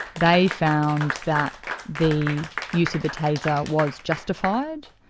they found that the use of the taser was justified,